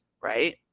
right